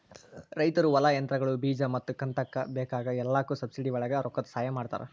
ರೈತರ ಹೊಲಾ, ಯಂತ್ರಗಳು, ಬೇಜಾ ಮತ್ತ ಕಂತಕ್ಕ ಬೇಕಾಗ ಎಲ್ಲಾಕು ಸಬ್ಸಿಡಿವಳಗ ರೊಕ್ಕದ ಸಹಾಯ ಮಾಡತಾರ